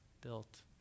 built